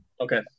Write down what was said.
Okay